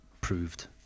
proved